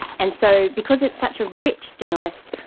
and so because it's such a rich stimulus,